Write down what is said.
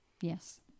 yes